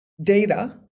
data